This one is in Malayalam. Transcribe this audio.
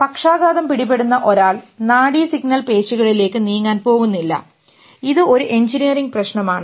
പക്ഷാഘാതം പിടിപെടുന്ന ഒരാൾ നാഡി സിഗ്നൽ പേശികളിലേക്ക് നീങ്ങാൻ പോകുന്നില്ല ഇത് ഒരു എഞ്ചിനീയറിംഗ് പ്രശ്നമാണ്